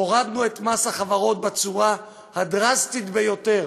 הורדנו את מס החברות בצורה הדרסטית ביותר